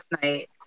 tonight